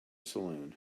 saloon